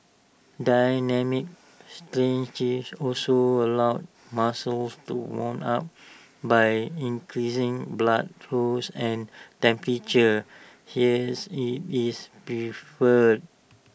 dynamic stretching also allows muscles to warm up by increasing blood flows and temperature hence IT is preferred